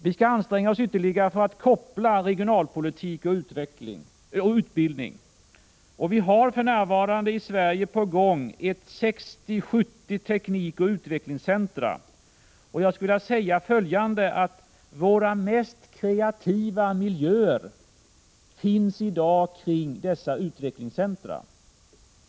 Vi skall anstränga oss ytterligare för att koppla samman regionalpolitik och utbildning. Vi har för närvarande i Sverige på gång ungefär 60 — 70 teknikoch utvecklingscentrum. Jag skulle vilja säga att våra mest kreativa miljöer i dag finns kring dessa utvecklingscentrum.